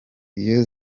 iyo